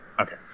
Okay